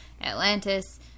atlantis